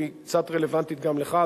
והיא קצת רלוונטית גם לך,